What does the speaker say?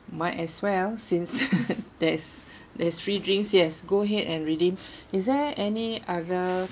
might as well since there's there's free drinks yes go ahead and redeem is there any other